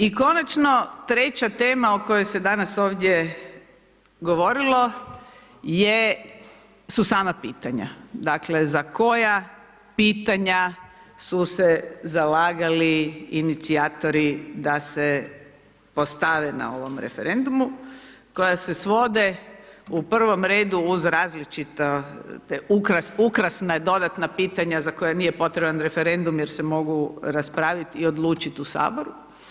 I konačno treća tema o kojoj se danas ovdje govorilo su sama pitanja dakle za koja pitanja su se zalagali inicijatori da se postave na ovom referendumu koja se svode u prvom redu uz različita ukrasna i dodatna pitanja za koje nije potreban referendum jer se mogu raspravi i odlučiti u Saboru.